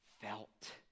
felt